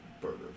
burger